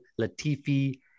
Latifi